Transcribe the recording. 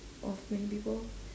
of many people